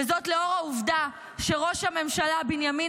וזאת לאור העובדה שראש הממשלה בנימין